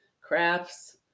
crafts